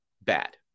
Bad